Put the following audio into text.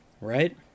Right